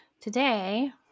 Today